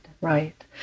right